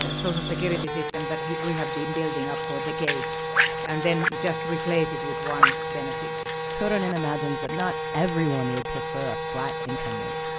ah social security systems that we have been building up for decades and then just replace it with one benefit turunen imagines that not everyone would prefer a flat income rate.